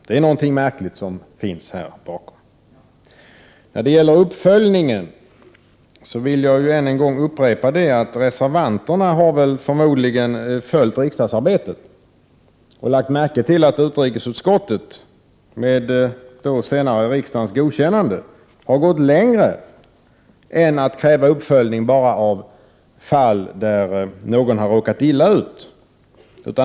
Det är någonting märkligt som finns här bakom. När det gäller uppföljningen vill jag ännu en gång upprepa att reservanterna förmodligen har följt riksdagsarbetet och lagt märke till att utrikesutskottet, senare med riksdagens godkännande, har gått längre än till att kräva uppföljning bara av fall där någon har råkat illa ut.